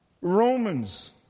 Romans